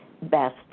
best